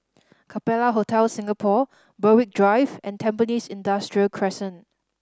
Capella Hotel Singapore Berwick Drive and Tampines Industrial Crescent